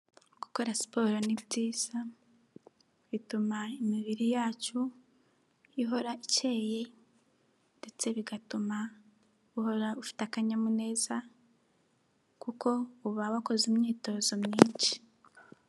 Gukora siporo ni byiza, bituma imibiri yacu ihora ikeye, ndetse bigatuma uhora ufite akanyamuneza kuko uba wakoze imyitozo myinshi.